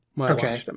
Okay